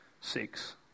six